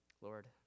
Lord